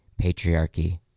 patriarchy